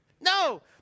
No